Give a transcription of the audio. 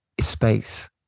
space